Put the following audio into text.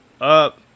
up